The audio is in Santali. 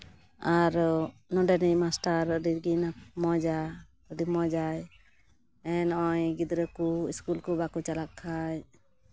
ᱟᱨ ᱱᱚᱰᱮᱱᱤᱡ ᱢᱟᱥᱴᱟᱨ ᱟᱹᱰᱤᱜᱮ ᱢᱚᱡᱟᱭ ᱟᱹᱰᱤ ᱢᱚᱡᱟᱭ ᱱᱚᱜᱼᱚᱭ ᱜᱤᱫᱽᱨᱟᱹ ᱠᱚ ᱤᱥᱠᱩᱞ ᱠᱚ ᱵᱟᱠᱚ ᱪᱟᱞᱟᱜ ᱠᱷᱟᱡ